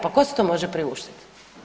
Pa tko si to može priuštiti?